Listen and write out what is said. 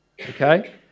okay